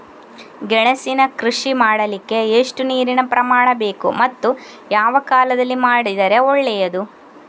ಗೆಣಸಿನ ಕೃಷಿ ಮಾಡಲಿಕ್ಕೆ ಎಷ್ಟು ನೀರಿನ ಪ್ರಮಾಣ ಬೇಕು ಮತ್ತು ಯಾವ ಕಾಲದಲ್ಲಿ ಮಾಡಿದರೆ ಒಳ್ಳೆಯದು?